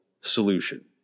solution